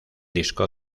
disco